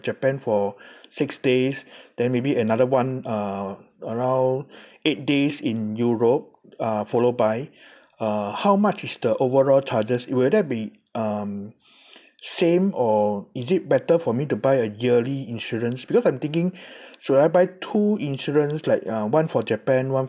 japan for six days then maybe another one uh around eight days in europe uh followed by uh how much is the overall charges it will that be um same or is it better for me to buy a yearly insurance because I'm thinking should I buy two insurance like uh one for japan one